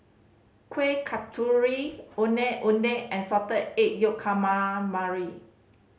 Kueh Kasturi Ondeh Ondeh and Salted Egg Yolk Calamari